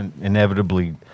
inevitably